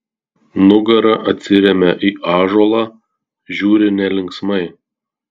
nugara atsiremia į ąžuolą žiūri nelinksmai